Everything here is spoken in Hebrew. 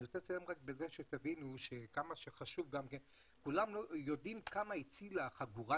אני רוצה לסיים את דברי ולומר שכולם יודעים כמה הצילה חגורת